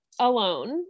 alone